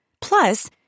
Plus